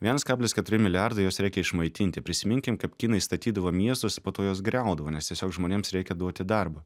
vienas kablis keturi milijardai juos reikia išmaitinti prisiminkim kaip kinai statydavo miestus po to juos griaudavo nes tiesiog žmonėms reikia duoti darbo